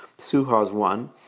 suha is one,